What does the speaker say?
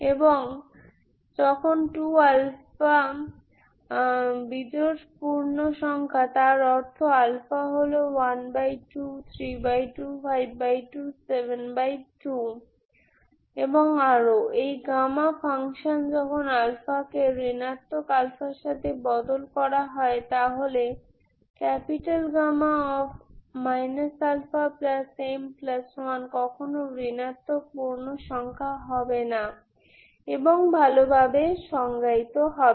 এবং যখন 2α বিজোড় পূর্ণ সংখ্যা তার অর্থ হলো 12325272 এবং আরো এই গামা ফাংশানযখন আলফাকে ঋণাত্মক আলফার সাথে বদল করা হয় তাহলে αm1 কখনো ঋণাত্মক পূর্ণ সংখ্যা হবে না এবং ভালোভাবে সংজ্ঞায়িত হবে